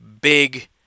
big